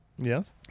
Yes